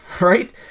right